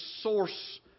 source